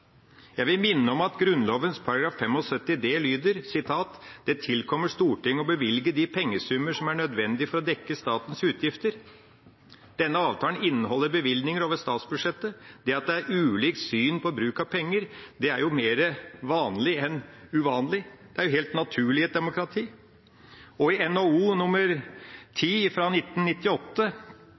Jeg vil minne om at Grunnloven § 75 d lyder: «Det tilkommer Stortinget å bevilge de pengesummer som er nødvendige for å dekke statens utgifter.» Denne avtalen inneholder bevilgninger over statsbudsjettet. Det at det er ulikt syn på bruken av penger, er mer vanlig enn uvanlig – det er helt naturlig i et demokrati. I